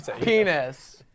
Penis